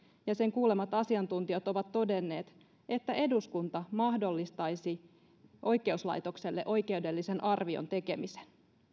ja sen kuulemat asiantuntijat ovat todenneet että eduskunta mahdollistaisi oikeuslaitokselle oikeudellisen arvion tekemisen